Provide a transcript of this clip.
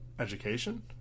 education